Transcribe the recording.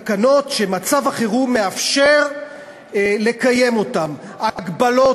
תקנות שמצב החירום מאפשר לקיים אותן: הגבלות